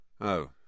Oh